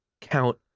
Count